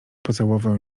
pocałował